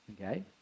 Okay